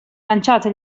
lanciato